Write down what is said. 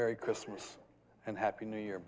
merry christmas and happy new year